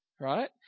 right